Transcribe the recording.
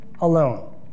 alone